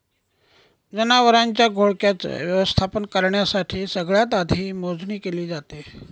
जनावरांच्या घोळक्याच व्यवस्थापन करण्यासाठी सगळ्यात आधी मोजणी केली जाते